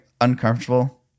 uncomfortable